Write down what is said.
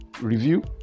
review